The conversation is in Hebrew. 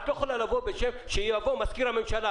אם מזכיר הממשלה